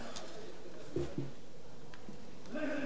אחריו, חבר הכנסת מקלב.